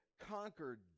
conquered